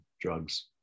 drugs